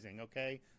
okay